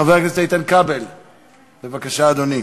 חבר הכנסת איתן כבל, בבקשה, אדוני.